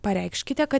pareikškite kad